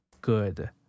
good